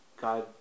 God